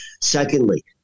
Secondly